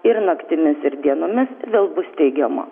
ir naktimis ir dienomis vėl bus teigiama